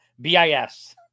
BIS